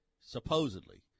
supposedly